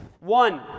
One